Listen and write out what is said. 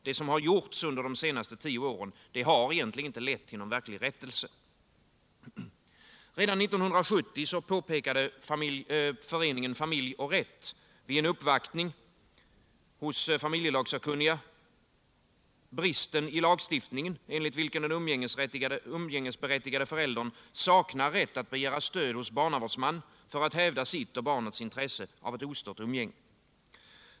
Vad som har gjorts under de senaste tio åren har egentligen inte lett till rättelse. Redan 1970 pekade föreningen Familj och rätt vid en uppvaktning hos familjelagsakkunniga på bristen i lagstiftningen, enligt vilken den umgängesberättigade föräldern saknar rätt att begära stöd hos barnavårdsman för att hävda sitt och barnets intresse av ett ostört umgänge.